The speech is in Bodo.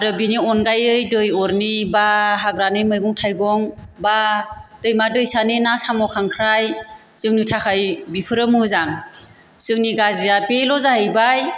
आरो बिनि अनगायै दै अरनि बा हाग्रानि मैगं थाइगं बा दैमा दैसानि ना साम' खांख्राय जोंनि थाखाय बेफोरो मोजां जोंनि गाज्रिया बेल' जाहैबाय